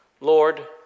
Lord